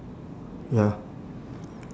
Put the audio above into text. ya